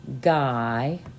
Guy